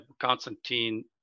Constantine